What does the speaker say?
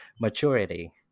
maturity